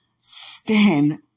stand